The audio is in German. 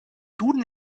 duden